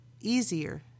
easier